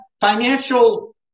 financial